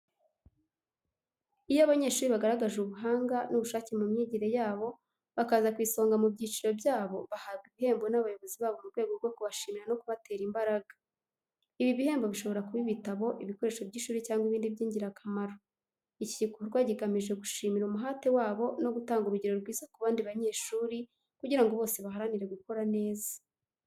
Iyo abanyeshuri bagaragaje ubuhanga n’ubushake mu myigire yabo, bakaza ku isonga mu byiciro byabo, bahabwa ibihembo n’abayobozi babo mu rwego rwo kubashimira no kubatera imbaraga. Ibi bihembo bishobora kuba ibitabo, ibikoresho by’ishuri cyangwa ibindi by’ingirakamaro. Iki gikorwa kigamije gushimira umuhate wabo no gutanga urugero rwiza ku bandi banyeshuri, kugira ngo bose baharanire gukora neza.